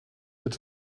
het